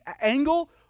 angle